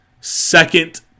second